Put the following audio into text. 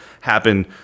happen